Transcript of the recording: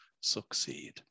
succeed